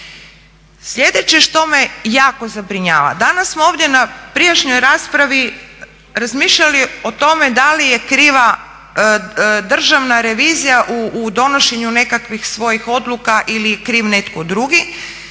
Sljedeće što me jako zabrinjava, danas smo ovdje na prijašnjoj raspravi razmišljali o tome da li je kriva Državna revizija u donošenju nekakvih svojih odluka ili je kriv netko drugi,